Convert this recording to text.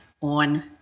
on